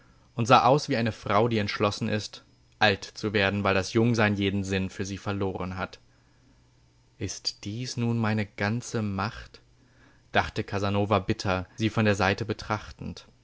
und sah aus wie eine frau die entschlossen ist alt zu werden weil das jungsein jeden sinn für sie verloren hat ist dies nun meine ganze macht dachte casanova bitter sie von der seite betrachtend